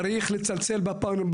צריך לצלצל בפעמון,